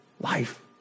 life